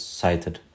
cited